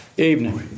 evening